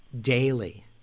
daily